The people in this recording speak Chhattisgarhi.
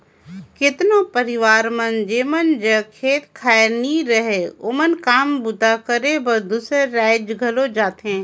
केतनो परिवार मन जेमन जग खेत खाएर नी रहें ओमन काम बूता करे बर दूसर राएज घलो जाथें